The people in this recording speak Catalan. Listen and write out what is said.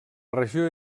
regió